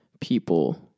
people